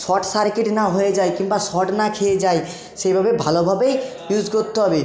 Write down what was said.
short circuit না হয়ে যায় কিংবা শট না খেয়ে যায় সেভাবে ভালোভাবে ইউজ করতে হবে